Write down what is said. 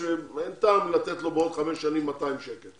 אין טעם לתת לו עוד חמש שנים 200 שקל.